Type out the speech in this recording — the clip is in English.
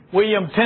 William